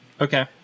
Okay